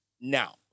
now